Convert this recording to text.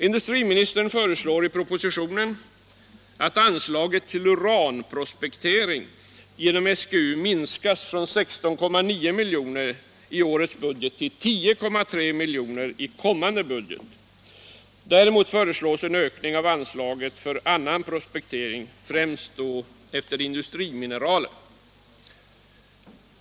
Industriministern föreslår i propositionen att anslaget till uranprospektering genom STU minskas från 16,9 milj. i årets budget till 10,9 milj.kr. i kommande budget. Däremot föreslås en ökning av anslaget för annan prospektering, främst då efter industrimalmer.